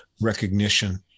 recognition